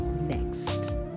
next